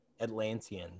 Atlantean